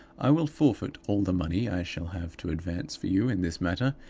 i will forfeit all the money i shall have to advance for you in this matter,